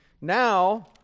Now